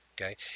okay